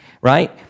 right